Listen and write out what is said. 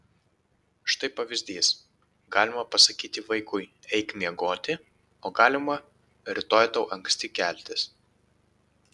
štai pavyzdys galima pasakyti vaikui eik miegoti o galima rytoj tau anksti keltis